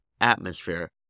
atmosphere